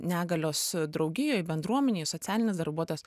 negalios draugijoj bendruomenėj socialinis darbuotojas